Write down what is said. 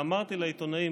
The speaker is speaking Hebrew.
אמרתי לעיתונאים: